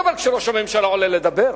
שלא לדבר כשראש הממשלה עולה לדבר.